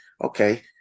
okay